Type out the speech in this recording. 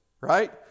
Right